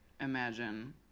imagine